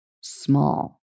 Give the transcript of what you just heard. small